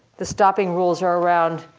the stopping rules are around,